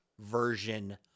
version